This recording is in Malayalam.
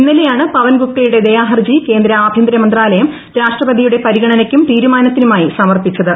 ഇന്നലെയാണ് പവൻ ഗുപ്തയുടെ ദയാഹർജി കേന്ദ്ര ആഭ്യന്തരമന്ത്രാലയം രാഷ്ട്രപതിയുടെ പരിഗണനയ്ക്കും തീരുമാനത്തിനുമായി സമർപ്പിച്ചത്